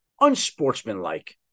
unsportsmanlike